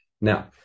Now